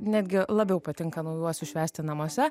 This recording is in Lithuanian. netgi labiau patinka naujuosius švęsti namuose